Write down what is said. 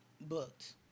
booked